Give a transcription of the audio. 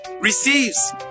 receives